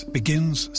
begins